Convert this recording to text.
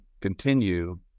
continue